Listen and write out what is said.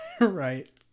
Right